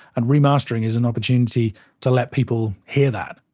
and remastering is an opportunity to let people hear that.